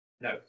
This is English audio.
no